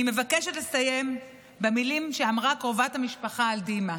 אני מבקשת לסיים במילים שאמרה קרובת המשפחה על דימה: